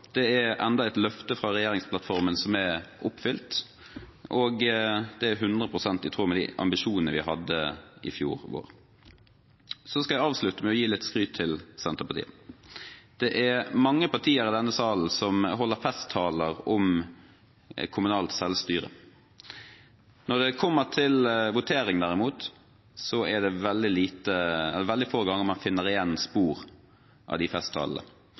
Det er enda et løfte fra regjeringsplattformen som er oppfylt, og det er 100 pst. i tråd med de ambisjonene vi hadde i fjor vår. Jeg skal avslutte med å gi litt skryt til Senterpartiet. Det er mange partier i denne salen som holder festtaler om kommunalt selvstyre. Når det kommer til votering, derimot, er det veldig få ganger man finner igjen spor av de